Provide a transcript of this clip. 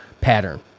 pattern